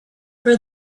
for